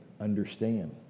understand